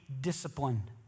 discipline